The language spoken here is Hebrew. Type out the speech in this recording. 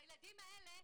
הילדים האלה,